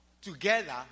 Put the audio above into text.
together